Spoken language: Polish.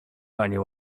panie